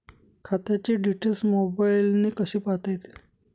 खात्याचे डिटेल्स मोबाईलने कसे पाहता येतील?